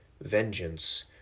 vengeance